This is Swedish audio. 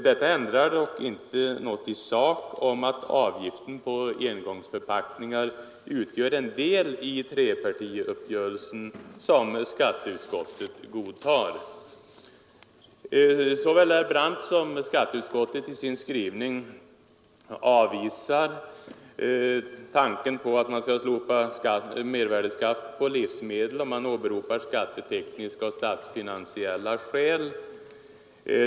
Detta ändrar dock inte något i sak; avgiften för engångsförpackningar utgör en del av trepartiuppgörelsen, som skatteutskottet godtar. Såväl herr Brandt som majoriteten i skatteutskottet i övrigt avvisar tanken på att slopa mervärdeskatten på livsmedel. Man åberopar skattetekniska och statsfinansiella skäl.